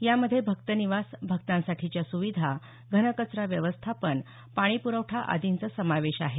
यामध्ये भक्त निवास भक्तांसाठीच्या सूविधा घनकचरा व्यवस्थापन पाणी प्रवठा आदींचा समावेश आहे